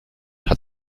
hat